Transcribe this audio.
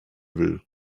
will